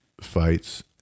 fights